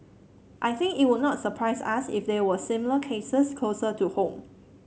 I think it would not surprise us if there were similar cases closer to home